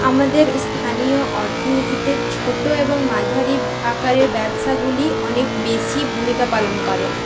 আমাদের স্থানীয় অর্থনীতিতে ছোট এবং মাঝারি আকারের ব্যবসাগুলি অনেক বেশি ভূমিকা পালন করে